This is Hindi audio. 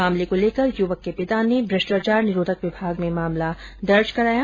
मामले कॉ लेकर युवक के पिता ने भ्रष्टाचार निरोधक विभाग में मामला दर्ज कराया